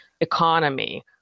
economy